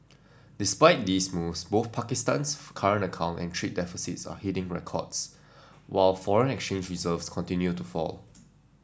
despite these moves both Pakistan's current account and trade deficits are hitting records while foreign exchange reserves continue to fall